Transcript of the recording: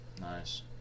nice